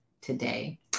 today